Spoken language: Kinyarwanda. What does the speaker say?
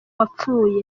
wapfuye